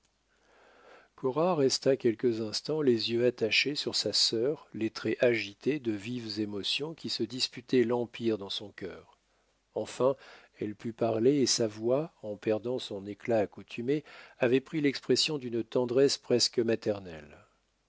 resta quelques instants les yeux attachés sur sa sœur les traits agités de vives émotions qui se disputaient l'empire dans son cœur enfin elle put parler et sa voix en perdant son éclat accoutumé avait pris l'expression d'une tendresse presque maternelle